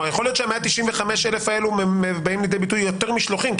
יכול ש-195,000 האלו באים לידי ביטוי ביותר משלוחים,